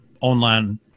online